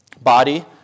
body